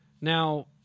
Now